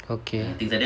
okay